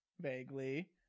vaguely